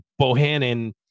Bohannon